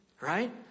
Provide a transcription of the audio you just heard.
Right